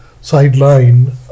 sideline